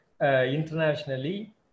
internationally